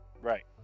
Right